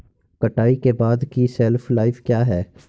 कटाई के बाद की शेल्फ लाइफ क्या है?